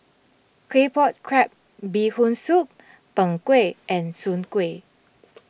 Claypot Crab Bee Hoon Soup Png Kueh and Soon Kuih